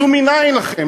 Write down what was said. זו מנין לכם,